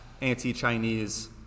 anti-Chinese